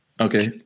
Okay